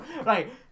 Right